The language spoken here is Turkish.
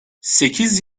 sekiz